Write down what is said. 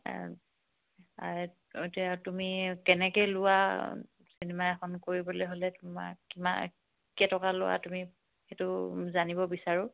এতিয়া তুমি কেনেকৈ লোৱা চিনেমা এখন কৰিবলৈ হ'লে তোমাক কিমান কেইটকা লোৱা তুমি সেইটো জানিব বিচাৰোঁ